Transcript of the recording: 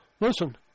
Listen